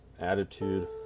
attitude